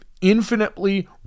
infinitely